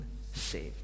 saved